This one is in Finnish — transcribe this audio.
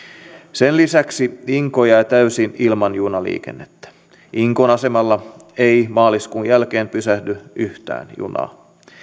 sen lisäksi inkoo jää täysin ilman junaliikennettä inkoon asemalla ei maaliskuun jälkeen pysähdy yhtään junaa